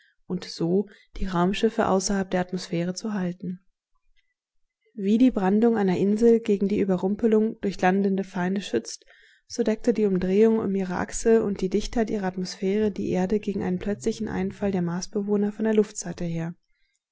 und so die raumschiffe außerhalb der atmosphäre zu halten wie die brandung einer insel gegen die überrumpelung durch landende feinde schützt so deckte die umdrehung um ihre achse und die dichtheit ihrer atmosphäre die erde gegen einen plötzlichen einfall der marsbewohner von der luftseite her